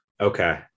okay